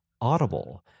Audible